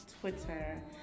Twitter